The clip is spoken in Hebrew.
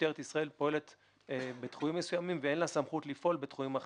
משטרת ישראל פועלת בתחומים מסוימים ואין לה סמכות לפעול בתחומים אחרים.